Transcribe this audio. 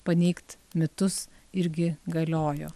paneigt mitus irgi galiojo